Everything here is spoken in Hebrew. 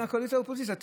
בין הקואליציה לאופוזיציה.